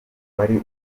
wari